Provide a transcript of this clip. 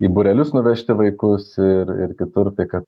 į būrelius nuvežti vaikus ir ir kitur kad